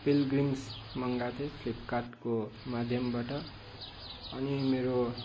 pilgrims मगाएको थिएँ फ्लिपकार्टको माध्यमबाट अनि मेरो